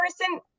person